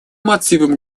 мотивам